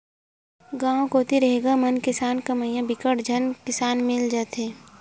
गाँव कोती रेगहा म किसानी कमइया बिकट झन किसान घलो मिल जाथे